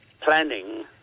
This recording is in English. planning